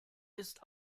ist